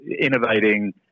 innovating